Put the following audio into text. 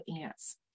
ants